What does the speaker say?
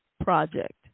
project